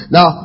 Now